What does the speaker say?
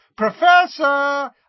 Professor